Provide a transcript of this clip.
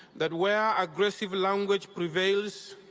that where aggressive language prevails,